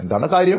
എന്താണ് കാര്യം